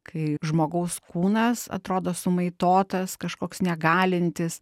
kai žmogaus kūnas atrodo sumaitotas kažkoks negalintis